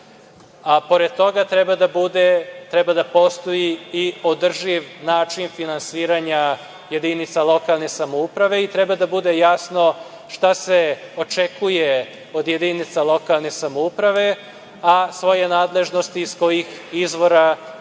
Pored toga treba da postoji i održiv način finansiranja jedinica lokalne samouprave i treba da bude jasno šta se očekuje od jedinica lokalne samouprave, a svoje nadležnosti iz kojih izvora